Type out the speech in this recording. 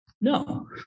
No